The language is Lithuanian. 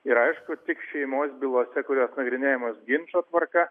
ir aišku tik šeimos bylose kurios nagrinėjamos ginčo tvarka